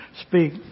speak